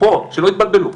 שלא יתבלבלו,